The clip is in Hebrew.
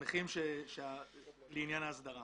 שמחים על עניין ההסדרה.